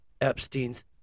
Epstein's